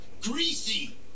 greasy